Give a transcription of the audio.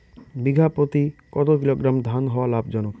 বিঘা প্রতি কতো কিলোগ্রাম ধান হওয়া লাভজনক?